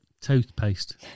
Toothpaste